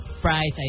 price